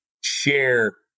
share